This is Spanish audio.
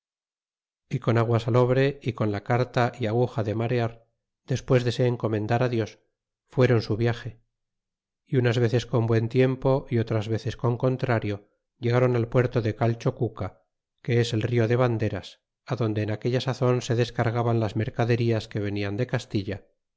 y con agua salobre y con la carta e aguja de marear despues de se encomendar dios fueron su viage é unas veces con buen tiempo otras veces con contrario ilegron al puerto de calchocuca que es el rio de vanderas adonde en aquella sazon se descargaban las mercaderías que venian de castilla